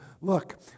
Look